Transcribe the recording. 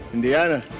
Indiana